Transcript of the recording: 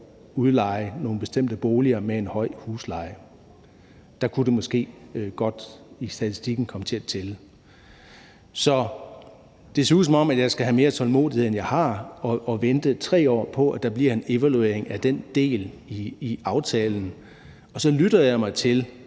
udleje nogle bestemte boliger med en høj husleje; der kunne det måske godt komme til at tælle i statistikken. Så det ser ud, som om jeg skal have mere tålmodighed, end jeg har, og vente 3 år på, at der bliver en evaluering af den del i aftalen. Og så lytter jeg mig til,